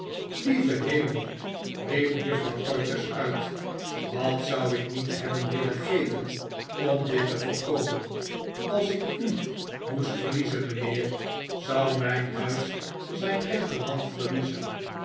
lieve hemel riep juffrouw todgers uit wat zou ik niet hebben willen geven om dit te voorkomen als ik u moest verliezen mijnheer zou mijn huis zijn rechterhand verliezen